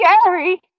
scary